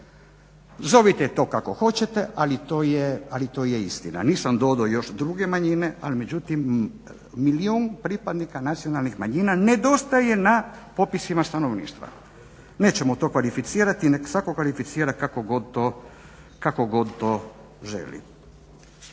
Zovite to kako hoćete ali to je istina. Nisam dodao još druge manjine, ali međutim milijun pripadnika nacionalnih manjina nedostaje na popisima stanovništva. Nećemo to kvalificirati, nek svatko kvalificira kako god to želi.